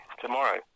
tomorrow